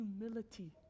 humility